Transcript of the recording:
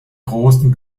großen